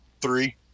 Three